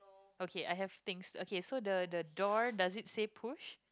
okay I have things okay so the the the door does it say push